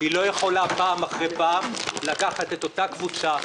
היא לא יכולה פעם אחר פעם לקחת את אותה קבוצה,